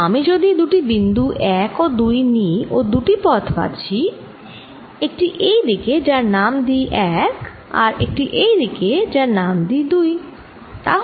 তাই আমি যদি দুটি বিন্দু 1 ও 2 নিই ও দুটি পথ বাছি একটি এই দিকে যার নাম দিই 1 আর একটি এই দিকে আর তার নাম দিই 2